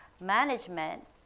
Management